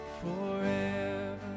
forever